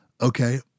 Okay